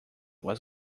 was